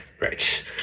right